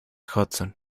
hudson